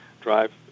drive